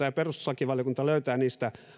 ja perustuslakivaliokunta löytää niistä